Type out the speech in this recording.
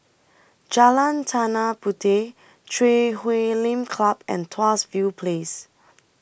Jalan Tanah Puteh Chui Huay Lim Club and Tuas View Place